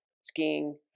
skiing